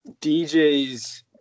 DJ's